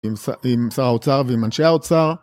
עם שר האוצר ועם אנשי האוצר.